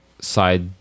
side